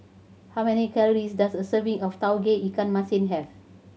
how many calories does a serving of Tauge Ikan Masin have